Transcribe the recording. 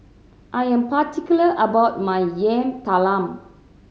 I am particular about my Yam Talam